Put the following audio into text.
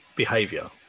behavior